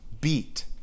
beat